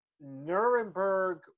nuremberg